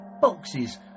Boxes